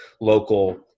local